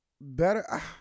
better